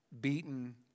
beaten